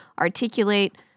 articulate